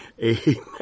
Amen